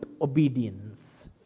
obedience